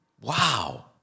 Wow